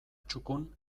txukun